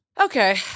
Okay